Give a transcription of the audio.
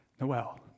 Noel